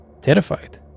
terrified